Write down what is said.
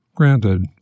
Granted